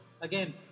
again